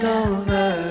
over